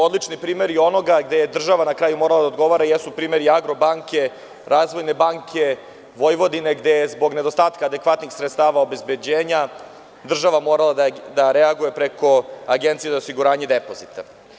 Odlični primeri onoga gde je država na kraju morala da odgovara jesu primeri „Agrobanke“, „Razvojne banke Vojvodine“, gde je zbog nedostatka adekvatnih sredstava obezbeđenja država morala da reaguje preko Agencije za osiguranje depozita.